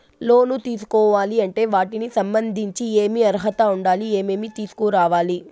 లోను తీసుకోవాలి అంటే వాటికి సంబంధించి ఏమి అర్హత ఉండాలి, ఏమేమి తీసుకురావాలి